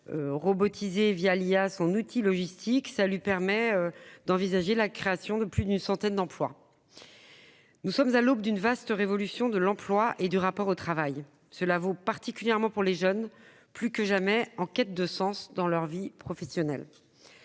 robotiser son outil logistique l'IA, ce qui permettra d'envisager la création d'une centaine d'emplois. Nous sommes à l'aube d'une vaste révolution de l'emploi et du rapport au travail. Cela vaut particulièrement pour les jeunes, qui sont plus que jamais en quête de sens dans leur vie professionnelle.